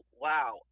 wow